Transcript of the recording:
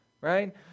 right